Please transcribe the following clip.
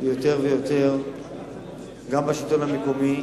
גם בשלטון המקומי